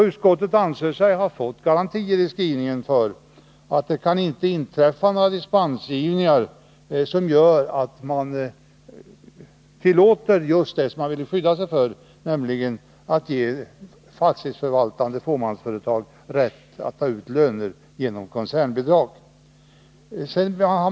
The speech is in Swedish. Utskottet anser sig genom sin skrivning ha fått garantier för att det inte kan ske några dispensgivningar som gör att man tillåter just det man vill skydda sig emot, nämligen att ge fastighetsförvaltande fåmansföretag rätt att ta ut löner genom koncernbidrag.